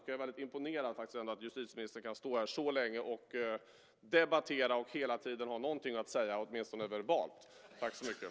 Jag är väldigt imponerad över att justitieministern kan stå här så länge, debattera och hela tiden ha någonting att säga, åtminstone verbalt. Tack så mycket!